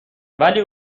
ولی